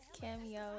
Cameo